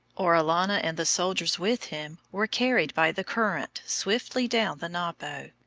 orellana and the soldiers with him were carried by the current swiftly down the napo,